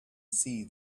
see